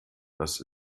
das